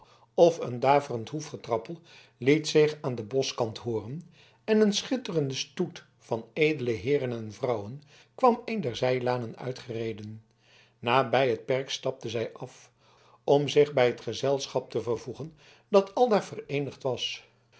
of een daverend hoefgetrappel liet zich aan den boschkant hooren en een schitterende stoet van edele heeren en vrouwen kwam een der zijlanen uitgereden nabij het perk stapten zij af om zich bij het gezelschap te vervoegen dat aldaar vereenigd was